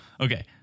okay